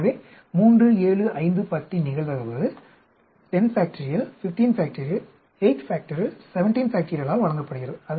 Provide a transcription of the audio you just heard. எனவே 3 7 5 10 இன் நிகழ்தகவு 1015817ஆல் வழங்கப்படுகிறது